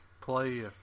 play